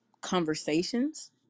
conversations